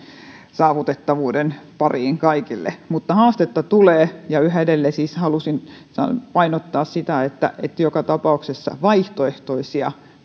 saavutettavuuden pariin kaikille mutta haastetta tulee ja yhä edelleen siis haluaisin painottaa sitä että joka tapauksessa vaihtoehtoisia